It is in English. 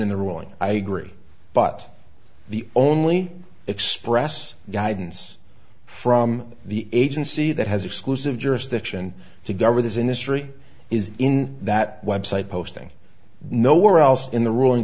in the ruling i agree but the only express guidance from the agency that has exclusive jurisdiction to govern this industry is in that website posting nowhere else in the ruling